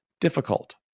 difficult